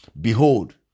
Behold